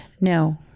No